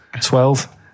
Twelve